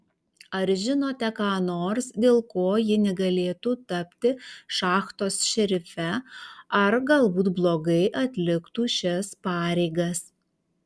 ar žinote ką nors dėl ko ji negalėtų tapti šachtos šerife ar galbūt blogai atliktų šias pareigas